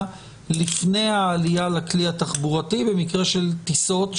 לפני העלייה לכלי התחבורתי במקרה של טיסות,